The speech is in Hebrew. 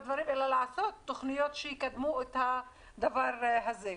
לעשות תוכניות שיקדמו את הדבר הזה.